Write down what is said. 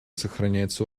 сохраняется